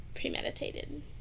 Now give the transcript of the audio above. premeditated